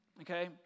okay